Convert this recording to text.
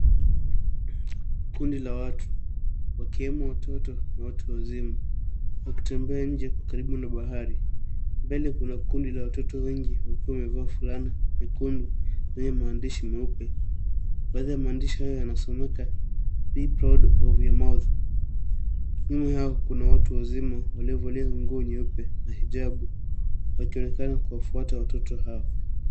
Kundi la watu wakiwemo watoto na watu wazima wakitembea nje karibu na bahari. Mbele kuna kundi la watoto wengi wakiwa wamevaa fulana nyekundu zenye maandishi meupe. Baadhi ya maandishi hayo yanasomeka be proud of your mouth . Nyuma yao kuna watu wazima waliovalia nguo nyeupe na hijabu wakionekana kuwafuata watoto hao.